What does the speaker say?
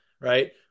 right